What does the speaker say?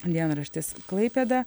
dienraštis klaipėda